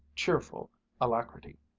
cheerful alacrity.